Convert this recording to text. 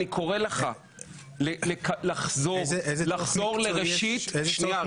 אני קורא לך לחזור לראשית --- איזה